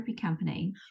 company